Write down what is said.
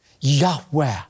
Yahweh